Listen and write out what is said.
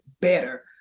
better